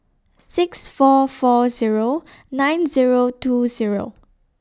six four four Zero nine Zero two Zero